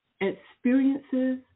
experiences